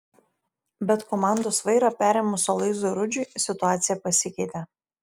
bet komandos vairą perėmus aloyzui rudžiui situacija pasikeitė